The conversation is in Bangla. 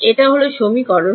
এটা হল সমীকরণ